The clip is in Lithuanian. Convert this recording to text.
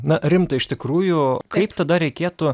na rimtai iš tikrųjų kaip tada reikėtų